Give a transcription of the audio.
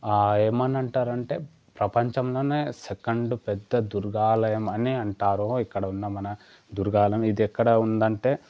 ఏమని అంటారంటే ప్రపంచంలోనే సెకండ్ పెద్ద దుర్గాలయం అనే అంటారు ఇక్కడున్న మన దుర్గాలయం ఇది ఎక్కడ ఉందంటే